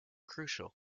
crucial